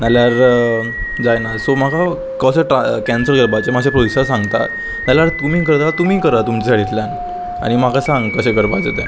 नाल्यार जायना सो म्हाका कसो ट्रा कॅन्सल करपाचे मात्शे प्रोसीजर सांगता नाल्यार तुमी करता तुमी करात तुमच्या सायडींतल्यान आनी म्हाका सांग कशें करपाचें तें